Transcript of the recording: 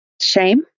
shame